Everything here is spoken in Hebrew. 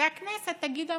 והכנסת תגיד אמן.